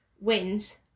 wins